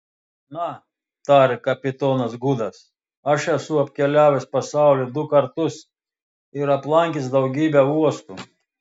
na tarė kapitonas gudas aš esu apkeliavęs pasaulį du kartus ir aplankęs daugybę uostų